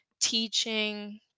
teaching